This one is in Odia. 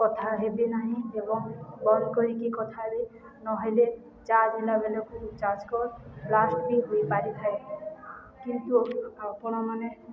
କଥା ହେବେ ନାହିଁ ଏବଂ ବନ୍ଦ କରିକି କଥା ହେ ନହେଲେ ଚାର୍ଜ ହେଲାବେଳକୁ ଚାର୍ଜ ବ୍ଲାଷ୍ଟ ବି ହୋଇପାରିଥାଏ କିନ୍ତୁ ଆପଣମାନେ